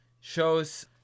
shows